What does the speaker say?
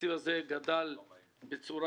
שהתקציב הזה גדל בצורה